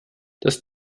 das